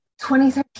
2013